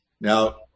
Now